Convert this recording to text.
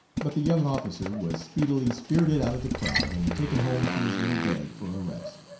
but the young officer was speedily spirited out of the crowd and taken home to his little bed for a rest.